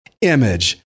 image